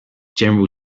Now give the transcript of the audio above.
general